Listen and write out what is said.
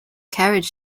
carriage